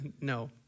No